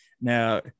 Now